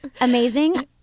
Amazing